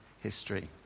history